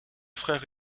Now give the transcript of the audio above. frère